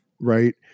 right